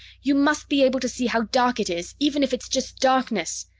you must be able to see how dark it is. even if it's just darkness.